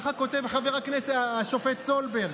ככה כותב השופט סולברג,